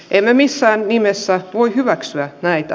emme missään nimessä voi hyväksyä näitä